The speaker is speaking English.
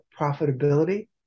profitability